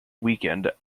weekend